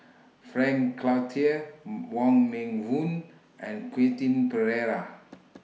Frank Cloutier Wong Meng Voon and Quentin Pereira